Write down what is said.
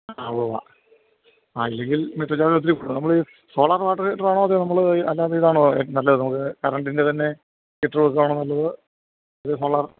ആ ഉവ്വാവ്വ ആ ഇല്ലെങ്കില് മറ്റെല്ലാ വിധത്തിലും നമ്മൾ സോളാറ് മാത്രം ആയിട്ടുള്ളതാണോ അതെയോ നമ്മൾ അല്ലാത്ത ഇതാണോ നല്ലത് നമുക്ക് കറണ്ടിന്റെ തന്നെ ഹീറ്ററ് വെക്കുവാണോ നല്ലത് ഇത് സോളാര്